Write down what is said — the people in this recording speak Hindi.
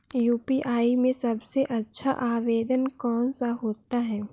यू.पी.आई में सबसे अच्छा आवेदन कौन सा होता है?